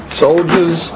soldiers